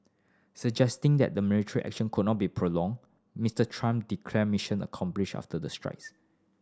suggesting that the military action would not be prolonged Mister Trump declared mission accomplished after the strikes